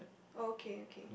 okay okay